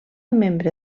membre